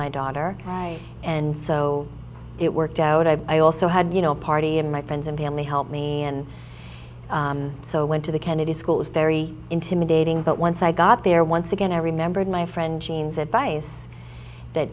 like daughter and so it worked out i also had you know a party and my friends and family helped me and so went to the kennedy school was very intimidating but once i got there once again i remembered my friend jean's advice that